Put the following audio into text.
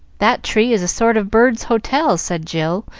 that tree is a sort of bird's hotel, said jill,